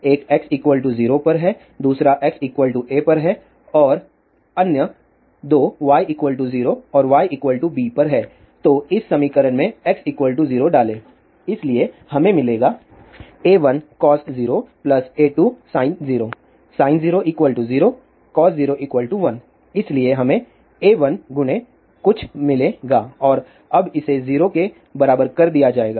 एक x 0 पर है दूसरा x a पर है और अन्य 2 y 0 और y b पर हैं तो इस समीकरण में x 0 डालें इसलिए हमें मिलेगा A1cos 0 A2sin 0 sin 0 0 cos 0 1 इसलिए हमें A1 कुछ मिलेगा और अब इसे 0 के बराबर कर दिया जाएगा